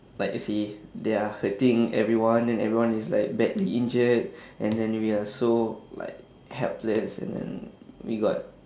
like you see they are hurting everyone and everyone is like badly injured and then we are so like helpless and then we got